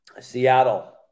Seattle